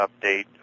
update